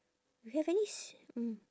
we have finish mm